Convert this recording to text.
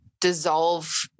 dissolve